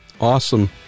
awesome